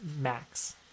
max